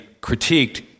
critiqued